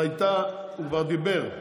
הוא כבר דיבר.